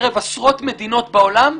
בקרב עשרות מדינות בעולם,